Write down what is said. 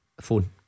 Phone